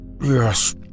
yes